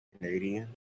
Canadian